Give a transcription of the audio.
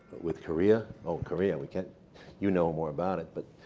with korea. oh, korea we can't you know more about it. but